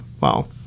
Wow